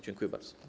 Dziękuję bardzo.